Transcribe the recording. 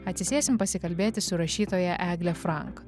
atsisėsim pasikalbėti su rašytoja egle frank